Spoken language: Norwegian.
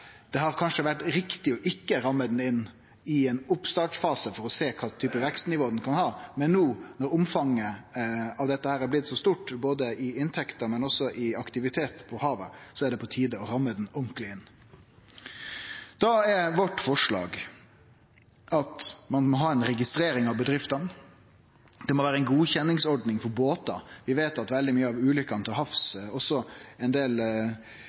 Det har kanskje vore riktig ikkje å ramme ho inn i ein oppstartsfase for å sjå kva type vekstnivå ho kan ha, men no, når omfanget av dette har blitt så stort både i inntekter og i aktivitet på havet, er det på tide å ramme ho ordentleg inn. Da er vårt forslag at ein må ha ei registrering av bedriftene. Det må vere ei godkjenningsordning for båtar. Vi veit at veldig mange av ulykkene til havs gjeld utlendingar, og at ein del